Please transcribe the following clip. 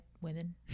women